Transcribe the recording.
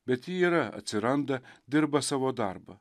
bet ji yra atsiranda dirba savo darbą